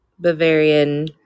Bavarian